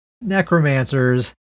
Necromancers